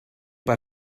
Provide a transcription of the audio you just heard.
per